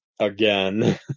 again